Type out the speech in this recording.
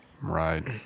Right